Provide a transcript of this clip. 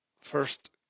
first